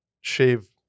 shave